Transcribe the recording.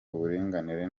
uburinganire